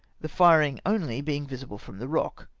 the firing only being visible from the eock,